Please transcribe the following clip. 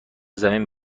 زمین